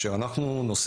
אנחנו,